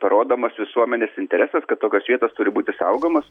parodomas visuomenės interesas kad tokios vietos turi būti saugomos